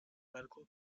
medical